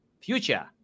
future